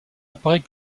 apparaît